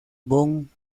von